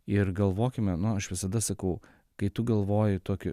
ir galvokime nu aš visada sakau kai tu galvoji tokiu